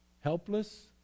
helpless